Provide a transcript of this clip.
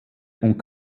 und